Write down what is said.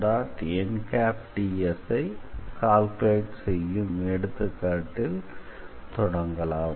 ndS ஐ calculate செய்யும் எடுத்துக்காட்டில் தொடங்கலாம்